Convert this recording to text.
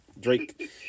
Drake